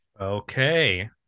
Okay